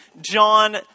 John